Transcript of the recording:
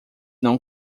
não